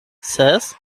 ses